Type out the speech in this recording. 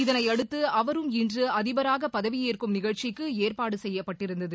இதனையடுத்து அவரும் இன்று அதி பராகபதவியேற்கும் நிகழ்ச்சிக்குஏற்பாடுசெய்யப்பட்டிருந்தது